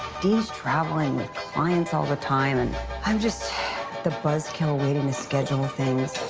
dean's traveling with clients all the time and i'm just the buzzkill waiting to schedule things.